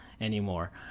anymore